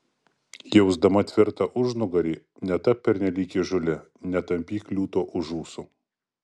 jausdama tvirtą užnugarį netapk pernelyg įžūli netampyk liūto už ūsų